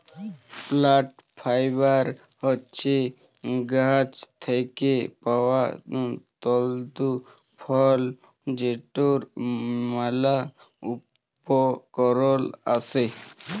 plant fibre হছে গাহাচ থ্যাইকে পাউয়া তল্তু ফল যেটর ম্যালা উপকরল আসে